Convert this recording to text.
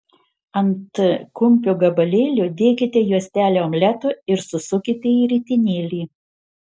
ant kumpio gabalėlio dėkite juostelę omleto ir susukite į ritinėlį